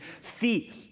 feet